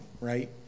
right